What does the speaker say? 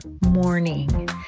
morning